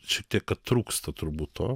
šiek tiek kad trūksta turbūt to